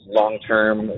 long-term